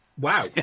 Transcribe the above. Wow